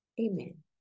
Amen